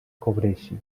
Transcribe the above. cobreixi